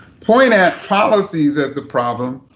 point at policies as the problem,